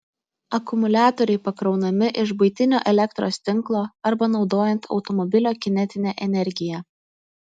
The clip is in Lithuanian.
akumuliatoriai pakraunami iš buitinio elektros tinklo arba naudojant automobilio kinetinę energiją